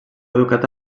educat